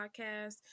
podcast